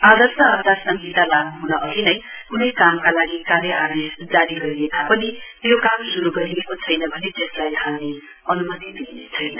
आर्दश आचार संहिता लागू हुन अधि नै कुनै काममाका लागि कार्य आदेश जारी गरिए तापनि त्यो काम शुरु गरिएको छैन भने त्यसलाई थाल्ने अनुमति दिइने छैन